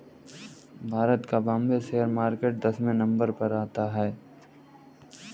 भारत का Bombay share market दसवें number पर आता है